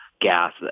gas